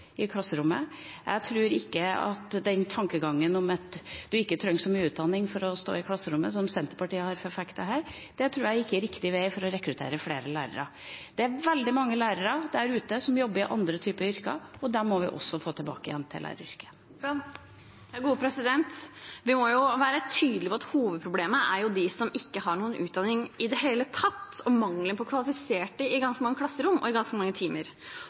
i klasserommet. Jeg tror ikke at tankegangen om at man ikke trenger så mye utdanning for å stå i klasserommet, som Senterpartiet har forfektet her, er riktig vei å gå for å rekruttere flere lærere. Det er veldig mange lærere der ute som jobber i andre yrker, og dem må vi få tilbake til læreryrket. Marit Knutsdatter Strand – til oppfølgingsspørsmål. Vi må jo være tydelige på at hovedproblemet er de som ikke har noen utdanning i det hele tatt, og mangelen på kvalifiserte i ganske mange klasserom og i ganske mange timer.